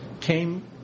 came